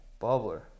bubbler